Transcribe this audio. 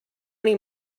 many